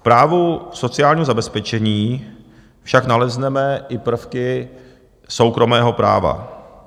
V právu sociálního zabezpečení však nalezneme i prvky soukromého práva.